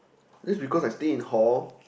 just because I stay in hall